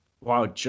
Wow